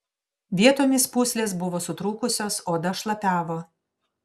vietomis pūslės buvo sutrūkusios oda šlapiavo